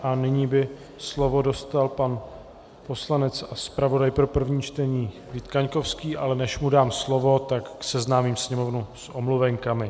A nyní by slovo dostal pan poslanec a zpravodaj pro první čtení Vít Kaňkovský, ale než mu dám slovo, tak seznámím Sněmovnu s omluvenkami.